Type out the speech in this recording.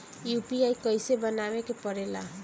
UPI कइसे बनावे के परेला?